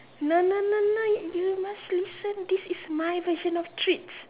no no no you must listen this is my version of treats